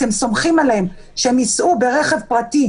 אתם סומכים עליהם שיסעו ברכב פרטי,